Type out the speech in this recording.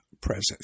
Presence